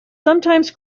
sometimes